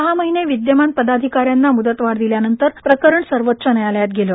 सहा महिने विदयमान पदाधिका यांना मुदतवाढ दिल्यानंतर प्रकरण सर्वोच्च न्यायालयात गेले